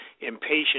impatient